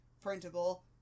printable